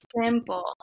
simple